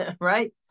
right